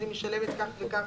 אז היא משלמת כך וכך,